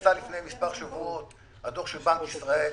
יצא לפני מספר שבועות הדוח של בנק ישראל,